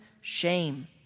Shame